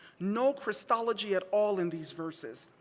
no christology at all in these verses.